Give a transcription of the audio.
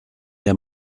der